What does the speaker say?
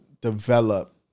develop